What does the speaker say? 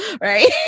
right